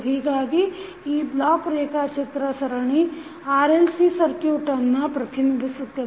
ಹೀಗಾಗಿ ಈ ಬ್ಲಾಕ್ ರೇಖಾಚಿತ್ರ ಸರಣಿ RLC ಸರ್ಕ್ಯುಟನ್ನು ಪ್ರತಿನಿಧಿಸುತ್ತದೆ